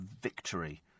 victory